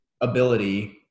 ability